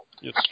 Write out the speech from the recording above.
Yes